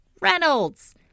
Reynolds